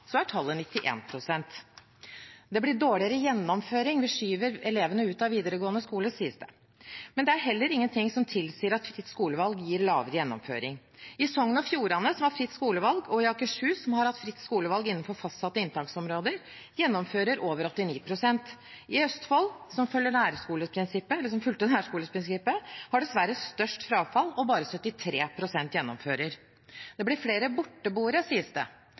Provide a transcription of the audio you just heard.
er tallet 91 pst. Det blir dårligere gjennomføring, og vi skyver elevene ut av videregående skole, sies det, men det er heller ingenting som tilsier at fritt skolevalg gir lavere gjennomføring. I Sogn og Fjordane, som har fritt skolevalg, og i Akershus, som har hatt fritt skolevalg innenfor fastsatte inntaksområder, gjennomfører over 89 pst. Østfold, som fulgte nærskoleprinsippet, har dessverre størst frafall. Bare 73 pst. gjennomfører. Det blir flere borteboere,